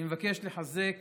אני מבקש לחזק